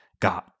God